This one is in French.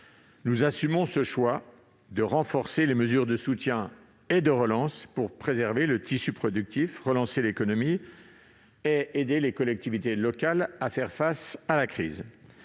Nous assumons ce choix de renforcer les mesures de soutien et de relance pour préserver le tissu productif, relancer l'économie et aider les collectivités locales à faire face à la crise.